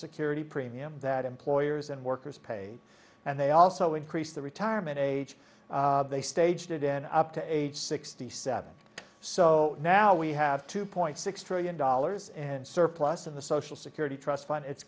security premium that employers and workers pay and they also increase the retirement age they staged it in up to age sixty seven so now we have two point six trillion dollars and surplus of the social security trust fund it's